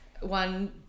one